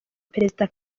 perezida